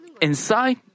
inside